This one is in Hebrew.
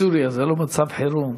בסוריה זה לא מצב חירום?